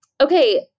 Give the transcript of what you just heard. okay